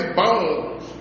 bones